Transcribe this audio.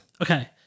Okay